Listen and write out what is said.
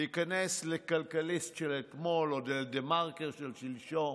להיכנס לכלכליסט של אתמול או לדה-מרקר של שלשום